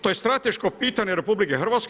To je strateško pitanje RH.